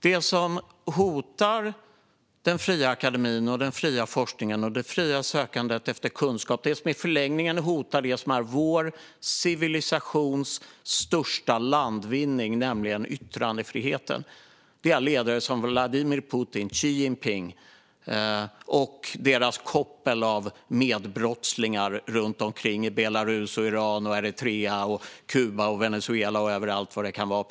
Det som hotar den fria akademin, den fria forskningen och det fria sökandet efter kunskap och i förlängningen det som är vår civilisations största landvinning, yttrandefriheten, är ledare som Vladimir Putin och Xi Jinping och deras koppel av medbrottslingar runt om i världen - i Belarus, Iran, Eritrea, Kuba, Venezuela och var det kan vara.